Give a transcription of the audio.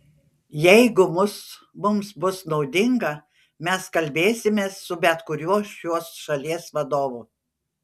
jeigu mums bus naudinga mes kalbėsimės su bet kuriuo šios šalies vadovu